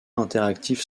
interactive